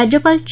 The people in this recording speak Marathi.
राज्यपाल चे